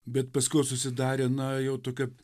bet paskiau susidarė na jau tokia